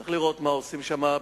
צריך לראות מה עושים שם,